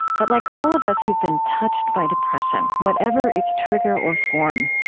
but like all of us who've been touched by depression, whatever its trigger or form,